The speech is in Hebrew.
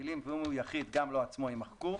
המילים "ואם הוא יחיד גם לו עצמו" יימחקו.